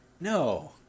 No